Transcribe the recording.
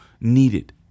needed